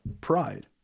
pride